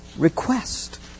request